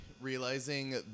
realizing